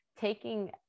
taking